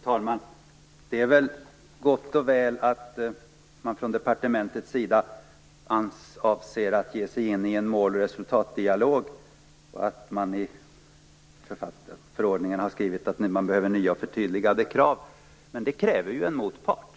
Fru talman! Det är gott och väl att man från departementets sida avser att ge sig in i en målresultatdialog och att man i förordningen har skrivit att det behövs nya och förtydligade krav. Men det kräver ju en motpart.